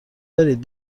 دارید